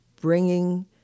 bringing